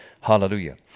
Hallelujah